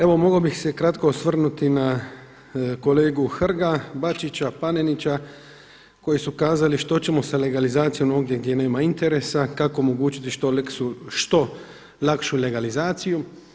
Evo mogao bih se kratko osvrnuti na kolegu Hrga, Bačića, Panenića koji su kazali što ćemo sa legalizaciju ondje gdje nema interesa, kako omogućiti što lakšu legalizaciju.